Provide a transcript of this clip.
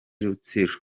rutsiro